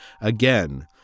again